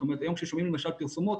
כששומעים היום פרסומות,